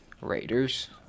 Raiders